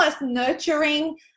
nurturing